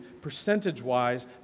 percentage-wise